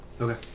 Okay